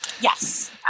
Yes